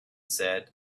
said